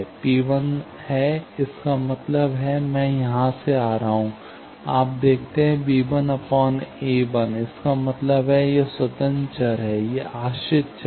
P1 है इसका मतलब है मैं वहाँ से आ रहा हूं आप देखते हैं b1 a1 इसका मतलब है यह स्वतंत्र चर है यह आश्रित चर है